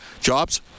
jobs